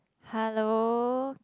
hello